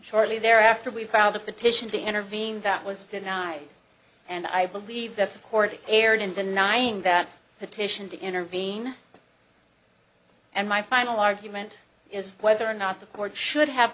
shortly thereafter we filed a petition to intervene that was denied and i believe that the court erred in denying that petition to intervene and my final argument is whether or not the court should have